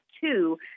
two